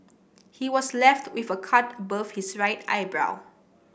he was left with a cut above his right eyebrow